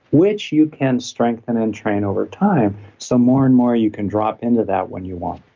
which you can strengthen and train over time, so more and more you can drop into that when you want